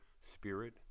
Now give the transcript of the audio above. spirit